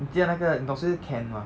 你记得那个你懂谁是 ken 吗